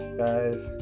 guys